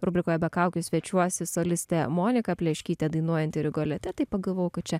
rubrikoje be kaukių svečiuosis solistė monika pleškytė dainuojanti rigolete tai pagalvojau kad čia